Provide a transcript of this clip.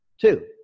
Two